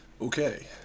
Okay